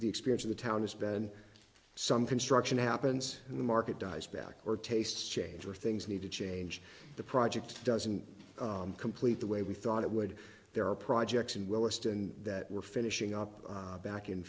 the experience of the town has been some construction happens in the market dies back or tastes change or things need to change the project doesn't complete the way we thought it would there are projects and will list and that we're finishing up back in